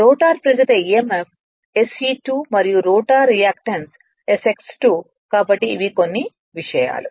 rotor ప్రేరిత emf SE2 మరియు rotor reactance SX2 కాబట్టి ఇవి కొన్ని విషయాలు